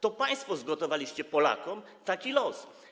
To państwo zgotowaliście Polakom taki los.